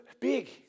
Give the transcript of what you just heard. big